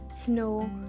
snow